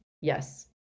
Yes